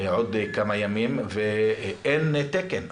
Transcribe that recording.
בעוד כמה ימים, ואין תקן.